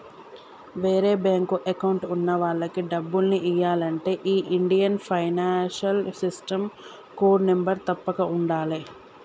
వేరే bank account ఉన్న వాళ్లకి డబ్బుల్ని ఎయ్యాలంటే ఈ Indian financial system code number తప్పక ఉండాలే